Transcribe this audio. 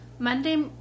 Monday